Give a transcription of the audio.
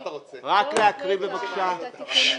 תקריאי את השינויים.